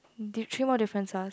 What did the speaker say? three more differences